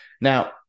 Now